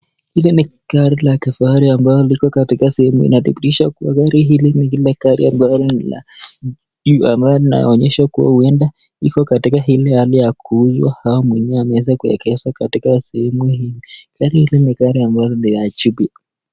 Hili ni gari la kifahari ambalo liko katika sehemu hii linadhiriasha kuwa gari hii ni ile gari ambalo linaonyesha kuwa huenda iko katika ile hali ya kuuzwa ama mwenyewe ameweza kuegeza katika sehemu hii. Gari hili ni gari ambalo ni la bei kali.